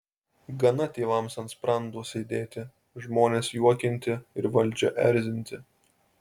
gana tėvams ant sprando sėdėti žmones juokinti ir valdžią erzinti